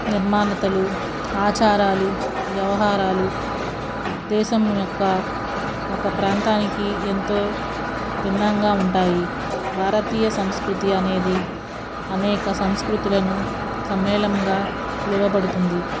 నిర్మాణతలు ఆచారాలు వ్యవహారాలు దేశం యొక్క ఒక ప్రాంతానికి ఎంతో భిన్నంగా ఉంటాయి భారతీయ సంస్కృతి అనేది అనేక సంస్కృతులను సమ్మేళముగా పిలువబడుతుంది